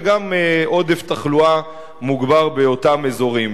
וגם עודף תחלואה מוגבר באותם אזורים.